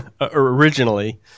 originally